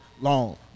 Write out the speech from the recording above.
long